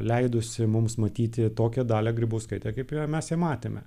leidusi mums matyti tokią dalią grybauskaitę kaip ją mes ir matėme